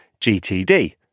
GTD